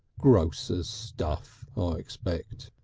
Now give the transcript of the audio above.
grocer's stuff, i expect.